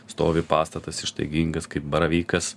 stovi pastatas ištaigingas kaip baravykas